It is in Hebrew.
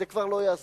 זה לא יעזור.